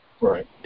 Right